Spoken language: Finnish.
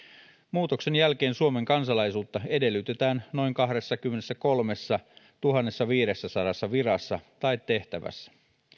muutoksen jälkeen suomen kansalaisuutta edellytetään noin kahdessakymmenessäkolmessatuhannessaviidessäsadassa virassa tai tehtävässä